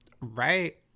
Right